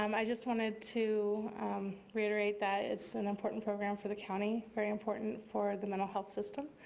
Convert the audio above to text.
um i just wanted to reiterate that it's an important program for the county, very important for the mental health system,